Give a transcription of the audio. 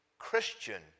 Christian